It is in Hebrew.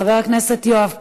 חבר הכנסת יואב קיש,